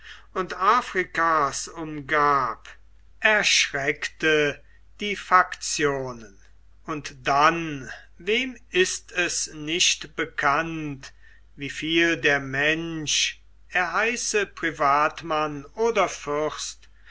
und afrikas umgab erschreckte die faktionen und dann wem ist es nicht bekannt wie viel der mensch er heiße privatmann oder fürst